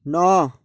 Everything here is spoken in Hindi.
नौ